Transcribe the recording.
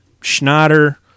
Schneider